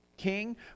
king